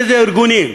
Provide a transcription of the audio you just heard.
לאיזה ארגונים.